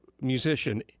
musician